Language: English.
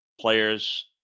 players